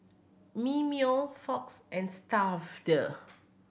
Mimeo Fox and Stuffd